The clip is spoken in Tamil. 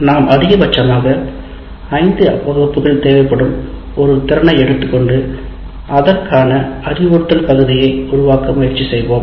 நாம் அதிகபட்சமாக 5 வகுப்புகள் தேவைப்படும் ஒரு திறனை எடுத்துக்கொண்டு அதற்கான அறிவுறுத்தல் பகுதியை உருவாக்க முயற்சி செய்வோம்